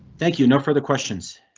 thank you, no further questions.